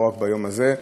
ולא רק ביום הזה.